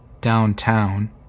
downtown